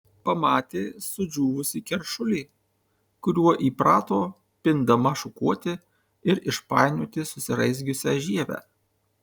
pamatė sudžiūvusį keršulį kuriuo įprato pindama šukuoti ir išpainioti susiraizgiusią žievę